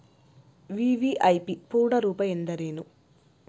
VVIP ಪೂರ್ಣ ರೂಪ ಎಂದರೇನು?